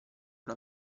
una